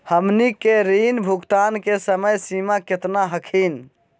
हमनी के ऋण भुगतान के समय सीमा केतना हखिन?